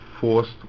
forced